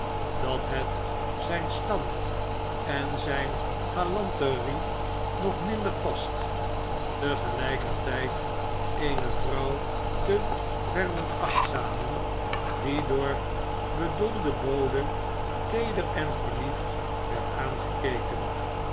dat het zijn stand en zijne galanterie nog minder past tege lijkertijd eene vrouw te veronachtzamen die door bedoelden bode teeder en verliefd werd aangekeken